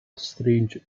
strange